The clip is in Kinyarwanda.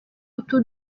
utu